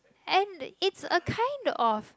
and it a kind of